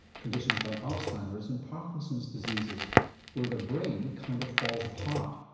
conditions like alzheimer's and parkinson's diseases where the brain kind of falls apart.